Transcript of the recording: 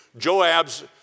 Joab's